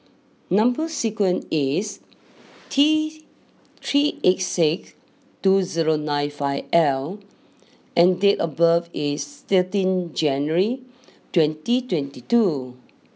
number sequence is T three eight six two zero nine five L and date of birth is thirteen January twenty twenty two